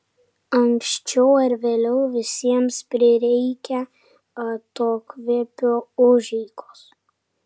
anksčiau ar vėliau visiems prireikia atokvėpio užeigos